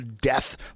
death